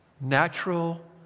Natural